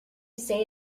say